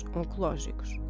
oncológicos